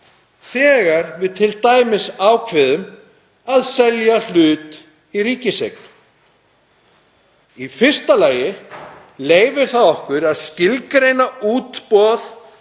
þegar við t.d. ákveðum að selja hlut í ríkiseign. Í fyrsta lagi leyfir það okkur að skilgreina útboð